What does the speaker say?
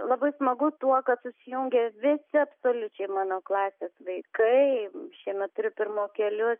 labai smagu tuo kad susijungė visi absoliučiai mano klasės vaikai šiemet turiu pirmokėlius